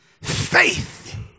faith